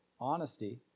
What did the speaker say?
honesty